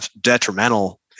detrimental